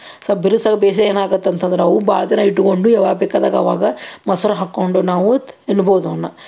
ಸಲ್ಪ ಬಿರುಸಾಗಿ ಬೇಯ್ಸ್ದ್ರೆ ಏನು ಆಗತ್ ಅಂತಂದ್ರೆ ಅವು ಭಾಳ ದಿನ ಇಟ್ಟುಕೊಂಡು ಯಾವಾಗ ಬೇಕಾದಾಗ ಅವಾಗ ಮೊಸ್ರು ಹಾಕಿಕೊಂಡು ನಾವು ತಿನ್ಬೋದು ಅವನ್ನ